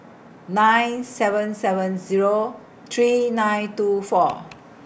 nine seven seven Zero three nine two four